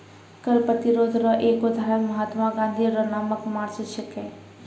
कर प्रतिरोध रो एक उदहारण महात्मा गाँधी रो नामक मार्च छिकै